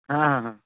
ହଁ ହଁ